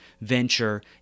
venture